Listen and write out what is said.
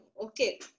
Okay